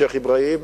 השיח' אברהים.